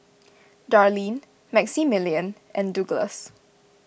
Darlene Maximillian and Douglass